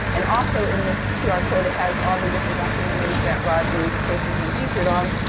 and also in this qr code it has all the different documentaries that rodney's case has been featured on.